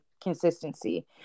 consistency